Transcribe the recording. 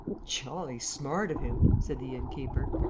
jolly smart of him! said the inn-keeper.